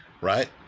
right